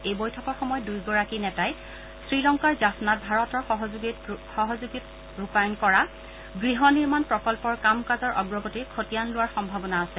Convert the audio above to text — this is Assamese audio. এই বৈঠকৰ সময়ত দুয়োগৰাকী নেতাই শ্ৰীলংকাৰ জাফ্নাত ভাৰতৰ সহযোগত ৰূপায়ণ কৰা গৃহ নিৰ্মাণ প্ৰকল্পৰ কাম কাজৰ অগ্ৰগতিৰ খতিয়ান লোৱাৰ সম্ভাৱনা আছে